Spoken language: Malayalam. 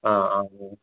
ആ ആ ആ